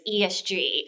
ESG